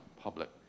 public